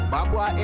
Babwa